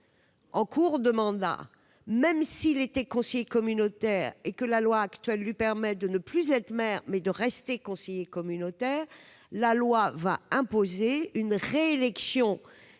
en cours de mandat, même s'il était conseiller communautaire et que la loi actuelle lui permet de ne plus être maire mais de rester conseiller communautaire, sera imposée une réélection